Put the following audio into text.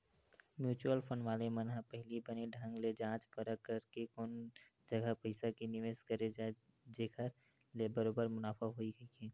mutual fund वाले मन ह पहिली बने ढंग ले जाँच परख करथे कोन जघा पइसा के निवेस करे जाय जेखर ले बरोबर मुनाफा होही कहिके